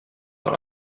dans